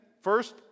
first